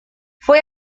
fue